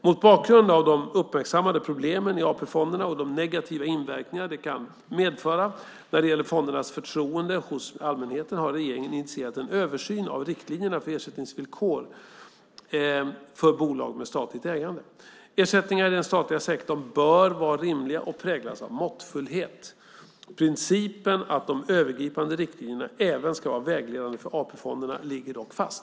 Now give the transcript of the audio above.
Mot bakgrund av de uppmärksammade problemen i AP-fonderna och de negativa inverkningar det kan medföra när det gäller fondernas förtroende hos allmänheten har regeringen initierat en översyn av riktlinjerna för ersättningsvillkor för bolag med statligt ägande. Ersättningar i den statliga sektorn bör vara rimliga och präglas av måttfullhet. Principen att de övergripande riktlinjerna även ska vara vägledande för AP-fonderna ligger dock fast.